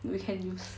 we can use